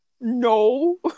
No